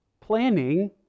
Planning